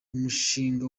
umushinga